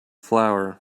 flour